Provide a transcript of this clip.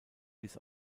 bis